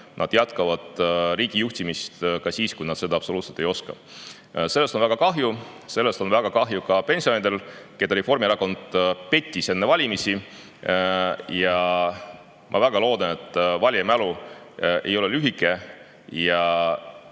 nad jätkavad riigi juhtimist ka siis, kui nad seda absoluutselt ei oska. Sellest on väga kahju. Sellest on väga kahju ka pensionäridel, keda Reformierakond pettis enne valimisi. Ma väga loodan, et valija mälu ei ole lühike ja